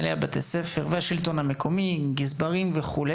לבין מנהלי בתי הספר והשלטון המקומי; גזברים וכו',